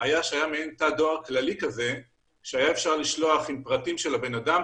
היה מעין תא דואר כללי שהיה אפשר לשלוח את פרטי הבן אדם,